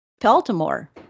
Baltimore